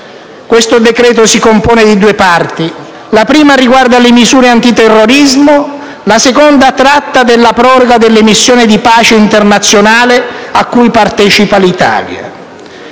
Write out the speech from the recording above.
Questo decreto-legge si compone di due parti. La prima riguarda le misure antiterrorismo e la seconda tratta della proroga delle missioni di pace internazionale cui partecipa l'Italia.